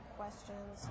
questions